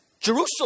Jerusalem